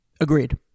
Agreed